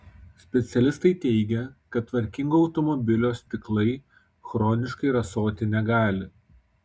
specialistai teigia kad tvarkingo automobilio stiklai chroniškai rasoti negali